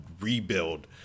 rebuild